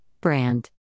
brand